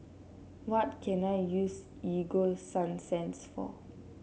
what can I use Ego Sunsense for